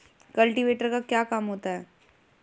Cultivator का क्या काम होता है?